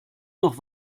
noch